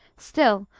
still,